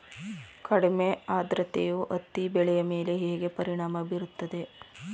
ಕಡಿಮೆ ಆದ್ರತೆಯು ಹತ್ತಿ ಬೆಳೆಯ ಮೇಲೆ ಹೇಗೆ ಪರಿಣಾಮ ಬೀರುತ್ತದೆ?